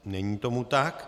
Není tomu tak.